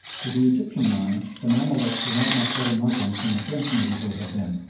to the egyptian mind the mamaluks were not much better moslems than the french might easily have been.